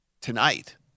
Tonight